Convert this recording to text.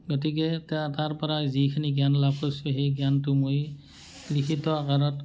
গতিকে তাৰ পৰা যিখিনি জ্ঞান লাভ কৰিছোঁ সেই জ্ঞানটো মই লিখিত আকাৰত